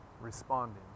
responding